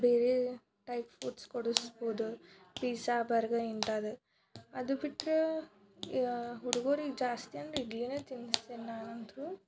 ಬೇರೆ type foods ಕೊಡಿಸ್ಬೋದು pizza burger ಇಂಥದ್ದು ಅದು ಬಿಟ್ಟರೆ ಹುಡುಗುರಿಗೆ ಜಾಸ್ತಿ ಅಂದರೆ ಇಡ್ಲಿನೇ ತಿನ್ಸ್ತೀನಿ ನಾನಂತೂ